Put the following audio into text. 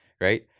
right